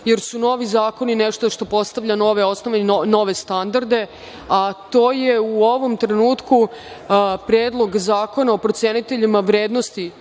jer su novi zakoni nešto što postavlja nove osnove i nove standarde, a to je u ovom trenutku Predlog zakona o proceniteljima vrednosti